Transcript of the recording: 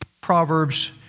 proverbs